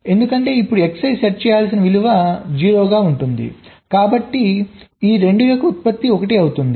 ఎందుకంటే ఇప్పుడు Xi set చేయాల్సిన విలువ 0 గా ఉంటుంది కాబట్టి ఈ 2 యొక్క ఉత్పత్తి 1 అవుతుంది